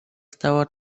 stała